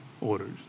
orders